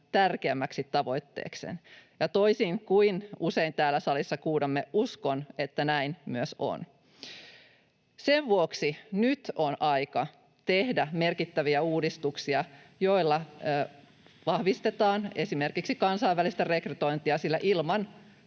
tärkeimmäksi tavoitteekseen. Ja toisin kuin usein täällä salissa kuulemme, uskon, että näin myös on. Sen vuoksi nyt on aika tehdä merkittäviä uudistuksia, joilla vahvistetaan esimerkiksi kansainvälistä rekrytointia, sillä ilman